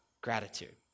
gratitude